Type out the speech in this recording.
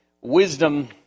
wisdom